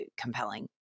compelling